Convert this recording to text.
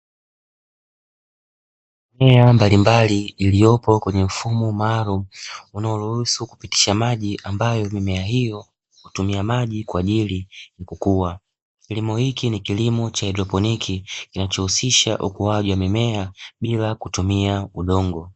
Mimea mbalimbali iliyopo kwenye mfumo maalumu unaoruhusu kupitisha maji ambayo mimea hiyo hutumia maji kwaajili ya kukua, kilimo hiki ni kilimo cha haidroponi kinachohusisha ukuaji wa mimea bila kutumia udongo.